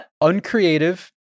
Uncreative